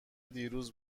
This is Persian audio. دیروز